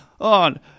on